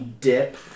dip